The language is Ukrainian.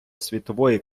світової